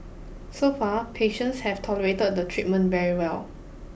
so far patients have tolerated the treatment very well